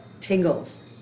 tingles